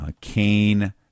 Cain